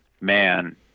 man